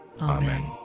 Amen